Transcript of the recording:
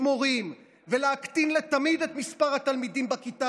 מורים ולהקטין לתמיד את מספר התלמידים בכיתה,